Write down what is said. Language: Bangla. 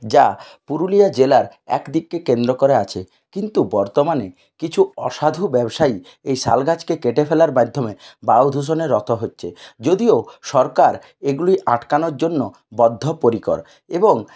যা পুরুলিয়া জেলার একদিককে কেন্দ্র করে আছে কিন্তু বর্তমানে কিছু অসাধু ব্যবসায়ী এই শাল গাছকে কেটে ফেলার মাধ্যমে বায়ু দূষণে রত হচ্ছে যদিও সরকার এগুলি আটকানোর জন্য বদ্ধপরিকর এবং